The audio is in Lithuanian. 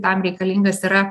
tam reikalingas yra